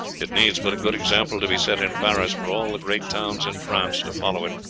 it needs but a good example to be set in paris for all the great towns in france to follow it.